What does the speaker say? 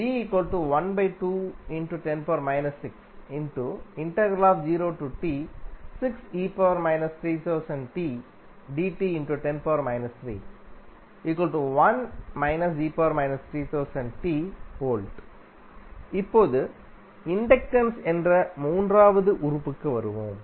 மற்றும் V இப்போது inductance என்ற மூன்றாவது உறுப்புக்கு வருவோம்